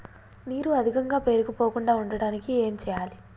నీరు అధికంగా పేరుకుపోకుండా ఉండటానికి ఏం చేయాలి?